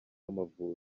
amavubi